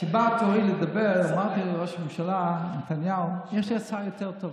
כשבא תורי לדבר אמרתי לראש הממשלה נתניהו שיש לי הצעה יותר טובה,